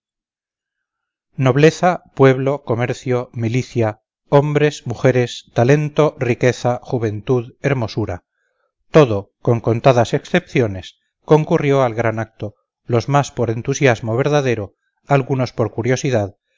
nobleza pueblo comercio milicia hombres mujeres talento riqueza juventud hermosura todo con contadas excepciones concurrió al gran acto los más por entusiasmo verdadero algunos por curiosidad